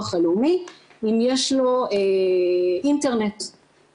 לעניין תנאי הזכאות,